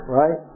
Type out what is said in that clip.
right